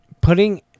putting